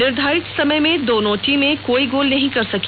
निर्घारित समय में दोनों टीमें कोई गोल नहीं कर सकी